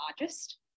largest